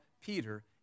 Peter